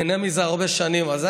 והיד עודנה נטויה.